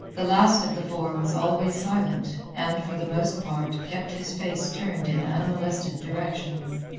the last of the four was always silent and, for the most part, kept his face turned in unmolested directions.